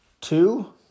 Two